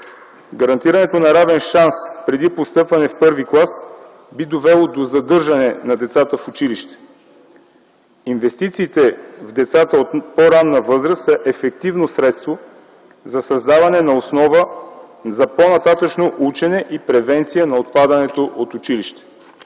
Гарантирането на равен шанс преди постъпване в първи клас би довело до задържане на децата в училище. Инвестициите в децата от по-ранна възраст са ефективно средство за създаване на основа за по-нататъшно учене и превенция на отпадането от училище.